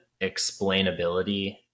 explainability